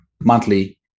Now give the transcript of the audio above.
monthly